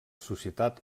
societat